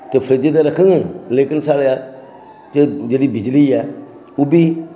ते फ्रिज ते रक्खो लेकिन साढ़े जेह्ड़ी बिजली ऐ ओह्बी